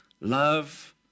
Love